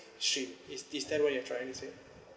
stream is this that what you trying to say